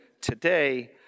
today